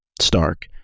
Stark